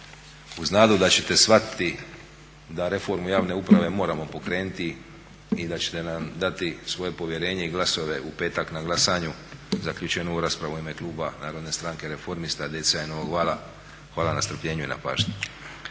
Uz nadu da ćete shvatiti da reformu javne uprave moramo pokrenuti i da ćete nam dati svoje povjerenje i glasove u petak na glasanju, zaključujem ovu raspravu ime kluba Narodne stranke reformista, DC-a i Novog vala. Hvala na strpljenju i na pažnji.